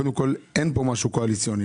קודם כל, אין כאן משהו קואליציוני.